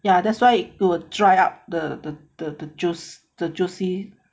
ya that's why it would dry up the the the juice the juicy